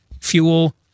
fuel